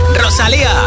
¡Rosalía